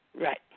Right